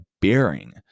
bearing